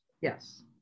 Yes